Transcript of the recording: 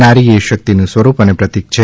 નારી એ શક્તિનું સ્વરૂપ અને પ્રતિક પણ છે